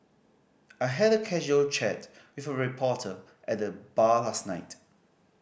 I had a casual chat with a reporter at the bar last night